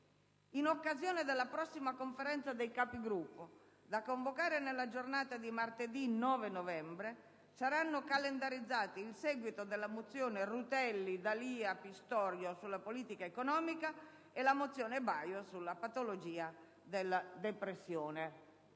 In occasione della prossima Conferenza dei Capigruppo, da convocare nella giornata di martedì 9 novembre, saranno calendarizzati il seguito della mozione Rutelli, D'Alia, Pistorio sulla politica economica e la mozione Baio sulla patologia della depressione.